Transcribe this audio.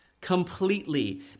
completely